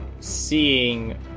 Seeing